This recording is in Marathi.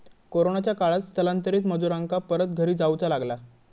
कोरोनाच्या काळात स्थलांतरित मजुरांका परत घरी जाऊचा लागला